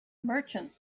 merchant